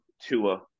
Tua